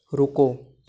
रुको